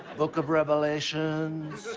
book of revelations,